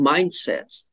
Mindsets